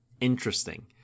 interesting